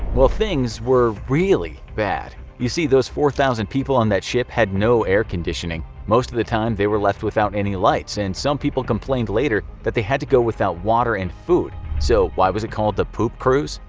well. things were really bad. you see, those four thousand people on that ship had no air conditioning most of the time they were left without any lights, and some people complained later that they had to go without water and food. so, why was it called the poop cruise.